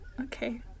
Okay